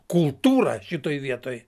kultūra šitoj vietoj